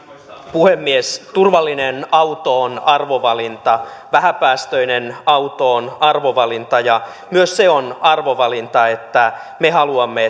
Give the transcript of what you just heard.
puhemies turvallinen auto on arvovalinta vähäpäästöinen auto on arvovalinta ja myös se on arvovalinta että me haluamme